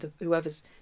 whoever's